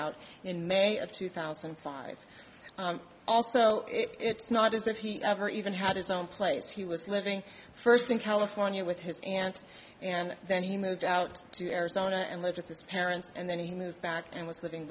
out in may of two thousand and five also it's not as if he never even had his own place he was living first in california with his aunt and then he moved out to arizona and lived with his parents and then he moved back and was living